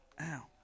Ow